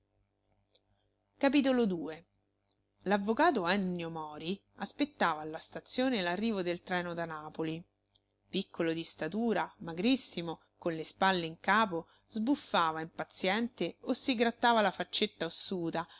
e ti maledico ricordatene l'avvocato ennio mori aspettava alla stazione l'arrivo del treno da napoli piccolo di statura magrissimo con le spalle in capo sbuffava impaziente o si grattava la faccetta ossuta